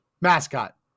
mascot